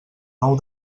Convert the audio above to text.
nou